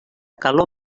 calor